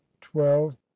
twelve